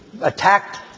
attacked